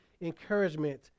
encouragement